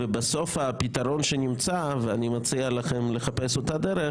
בסוף הפתרון שנמצא ואני מציע לכם לחפש אותה דרך